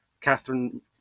Catherine